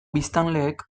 biztanleek